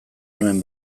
nuen